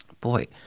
boy